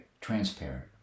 transparent